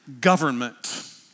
government